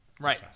Right